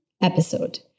episode